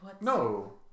No